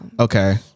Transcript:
Okay